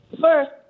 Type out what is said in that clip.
First